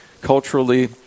culturally